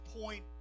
point